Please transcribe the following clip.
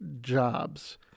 Jobs